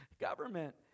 government